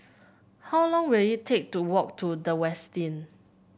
how long will it take to walk to The Westin